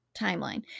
timeline